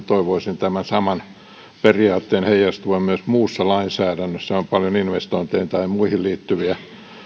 toivoisin tämän saman periaatteen heijastuvan myös muussa lainsäädännössä on paljon investointeihin tai muihin liittyviä